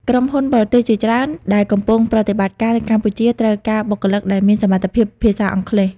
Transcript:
ក្រុមហ៊ុនបរទេសជាច្រើនដែលកំពុងប្រតិបត្តិការនៅកម្ពុជាត្រូវការបុគ្គលិកដែលមានសមត្ថភាពភាសាអង់គ្លេស។